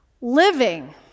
Living